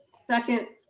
second.